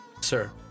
sir